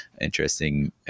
interesting